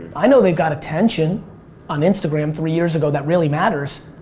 i know they've got attention on instagram three years ago that really matters,